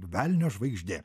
velnio žvaigždė